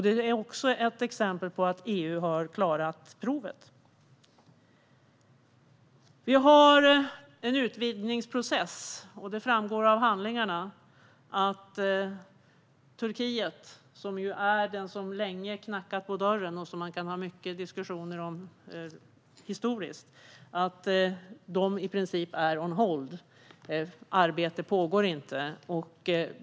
Det är också ett exempel på att EU har klarat provet. Vi har en utvidgningsprocess. Det framgår av handlingarna att Turkiet, som länge har knackat på dörren och som man kan ha mycket diskussioner om historiskt, i princip är "on hold". Arbete pågår inte.